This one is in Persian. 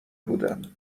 بودم